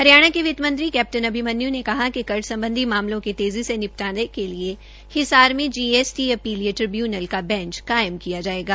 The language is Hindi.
हरियाणा के वित्तमंत्री कैप्टन अभिमन्यू ने कहा कि कर सम्बधी मामलों के तेज़ी से निपटाने के लिए हिसार में जीएसटी अपीलीय ट्रिब्यूनल का बैंच कायम किया जायेगा